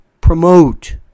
promote